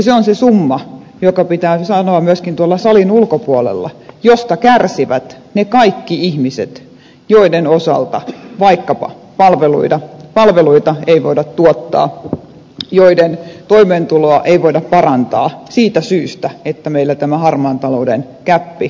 se on se summa joka pitää sanoa myöskin tuolla salin ulkopuolella josta kärsivät ne kaikki ihmiset joiden osalta vaikkapa palveluita ei voida tuottaa joiden toimeentuloa ei voida parantaa siitä syystä että meillä harmaan talouden gäppi on näin suuri